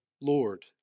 Lord